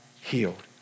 healed